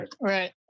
Right